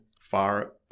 far